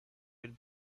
would